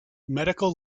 medical